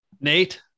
Nate